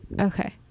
Okay